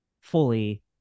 fully